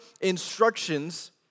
instructions